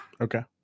okay